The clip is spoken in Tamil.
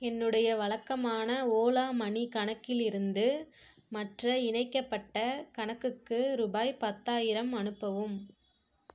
என்னுடைய வழக்கமான ஓலா மனி கணக்கிலிருந்து மற்ற இணைக்கப்பட்ட கணக்குக்கு ரூபாய் பத்தாயிரம் அனுப்பவும்